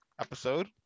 episode